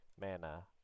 mana